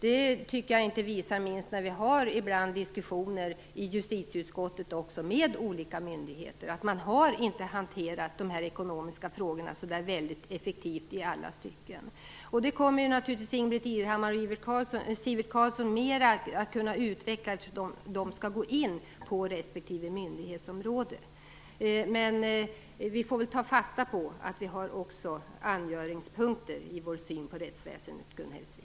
Jag tycker att det visar sig, inte minst när vi ibland har diskussioner i justitieutskottet med olika myndigheter, att man inte har hanterat de ekonomiska frågorna så där väldigt effektivt i alla stycken. Det kommer naturligtvis Ingbritt Irhammar och Sivert Carlsson att kunna utveckla mera eftersom de skall gå in på respektive myndighetsområde. Vi får ta fasta på att vi också har angöringspunkter i vår syn på rättsväsendet, Gun Hellsvik.